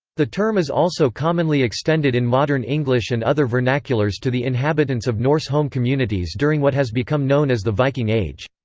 the term is also commonly extended in modern english and other vernaculars to the inhabitants of norse home communities during during what has become known as the viking age.